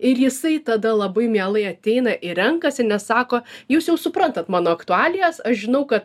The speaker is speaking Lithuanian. ir jisai tada labai mielai ateina ir renkasi nes sako jūs jau suprantat mano aktualijas aš žinau kad